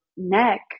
neck